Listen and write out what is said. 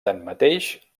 tanmateix